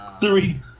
Three